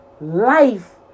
life